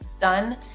done